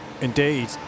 Indeed